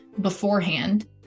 beforehand